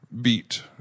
beat